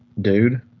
dude